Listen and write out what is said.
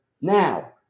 now